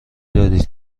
دارید